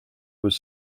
was